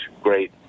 great